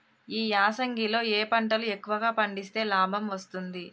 ఈ యాసంగి లో ఏ పంటలు ఎక్కువగా పండిస్తే లాభం వస్తుంది?